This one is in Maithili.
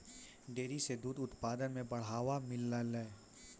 डेयरी सें दूध उत्पादन म बढ़ावा मिललय